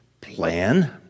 plan